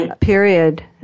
period